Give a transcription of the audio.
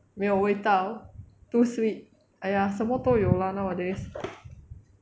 没有味道 too sweet !aiya! 什么都有 lah nowadays